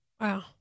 Wow